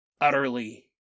utterly